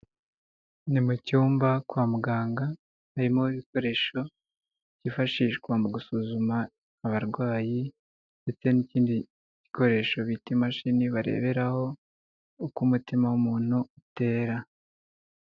Ni mu cyumba, kwa muganga, harimo ibikoresho byifashishwa mu gusuzuma abarwayi ndetse n'ikindi gikoresho bita imashini, bareberaho uko umutima w'umuntu utera.